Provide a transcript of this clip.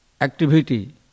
activity